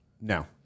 No